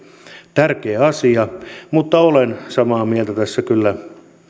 tärkeä asia mutta olen samaa mieltä kyllä tästä